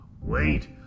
Wait